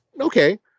okay